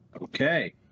Okay